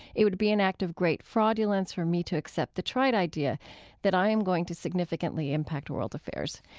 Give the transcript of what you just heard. it would be an act of great fraudulence for me to accept the trite idea that i am going to significantly impact world affairs.